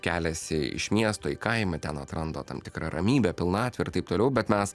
keliasi iš miesto į kaimą ten atranda tam tikrą ramybę pilnatvę ir taip toliau bet mes